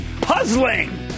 puzzling